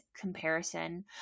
comparison